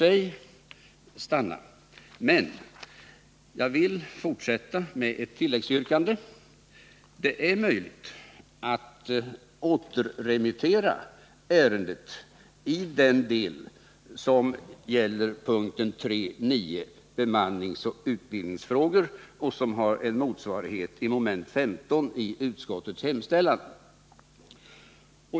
Jag vill emellertid fortsätta med ett tilläggsyrkande. Det är möjligt att återremittera ärendet i den del som gäller punkten 3.9 Bemanningsoch utbildningsfrågor och som har en motsvarighet i mom. 15 i utskottets hemställan.